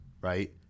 right